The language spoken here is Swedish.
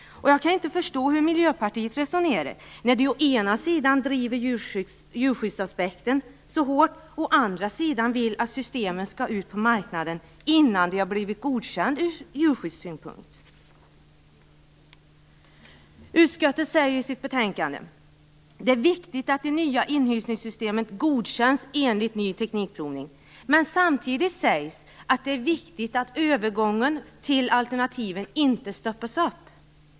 Jag kan inte förstå hur de i Miljöpartiet resonerar, när de å ena sidan driver djurskyddsaspekten hårt och å andra sidan vill att systemen skall ut på marknaden innan de har blivit godkända från djurskyddssynpunkt. Utskottet framhåller i betänkandet att det är viktigt att de nya inhysningssystemen godkänns enligt provningen av ny teknik. Men samtidigt framgår det att det är viktigt att övergången till alternativen inte stoppas.